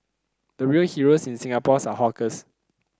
the real heroes in Singapore are hawkers